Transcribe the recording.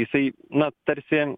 jisai na tarsi